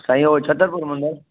साईं उहो छत्तरपुर मंदर